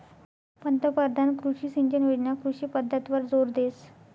पंतपरधान कृषी सिंचन योजना कृषी पद्धतवर जोर देस